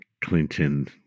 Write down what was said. Clinton